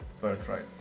birthright